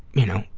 you know,